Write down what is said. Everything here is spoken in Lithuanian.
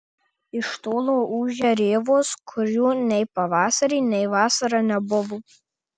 iš tolo ūžia rėvos kurių nei pavasarį nei vasarą nebuvo